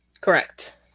Correct